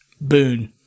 boon